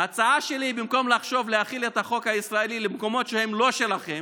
ההצעה שלי: במקום לחשוב להחיל את החוק הישראלי במקומות שהם לא שלכם,